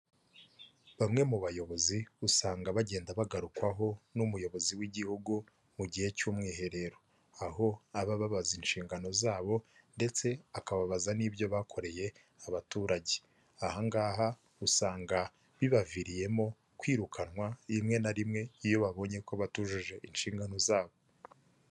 Bamwe mu bayobozi usanga bagenda bagarukwaho n’umuyobozi w’igihugu mu gihe cy’umwiherero, aho aba babaza inshingano zabo ndetse akababaza n’ibyo bakoreye abaturage. Ahangaha, usanga bibaviriyemo kwirukanwa, rimwe na rimwe, iyo babonye ko batujuje inshingano zabo.